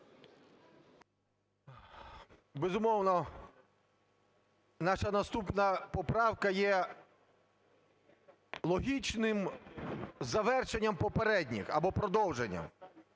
Безумовно, наша наступна поправка є логічним завершенням попередніх або продовженням.